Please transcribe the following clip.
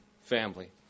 family